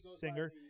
singer